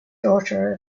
daughter